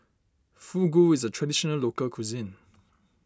Fugu is a Traditional Local Cuisine